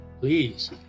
please